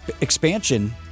expansion